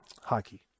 hockey